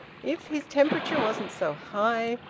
if his temperature wasn't so high,